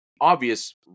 obvious